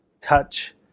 touch